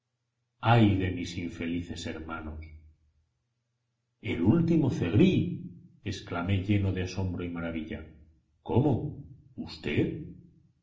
ay de mis infelices hermanos el último zegrí exclamé lleno de asombro y maravilla cómo usted